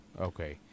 okay